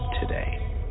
today